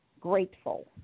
grateful